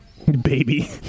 Baby